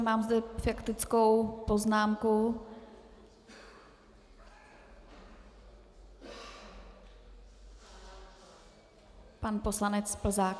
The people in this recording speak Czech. Mám zde faktickou poznámku, pan poslanec Plzák.